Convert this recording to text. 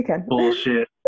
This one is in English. bullshit